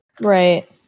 Right